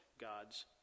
God's